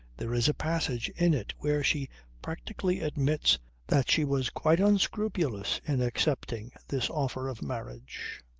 there is a passage in it where she practically admits that she was quite unscrupulous in accepting this offer of marriage,